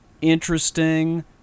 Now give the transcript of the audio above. interesting